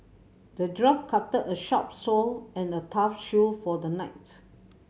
the dwarf crafted a sharp sword and a tough shield for the knight